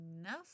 enough